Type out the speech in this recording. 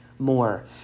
More